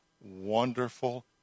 wonderful